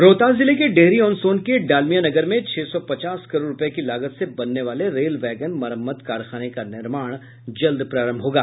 रोहतास जिले के डेहरी ऑन सोन के डालमियानगर में छह सौ पचास करोड़ रुपये की लागत से बनने वाले रेल वैगन मरम्मत कारखाना का निर्माण जल्द प्रारंभ होगा